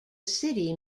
city